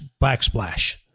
backsplash